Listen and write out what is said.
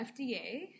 FDA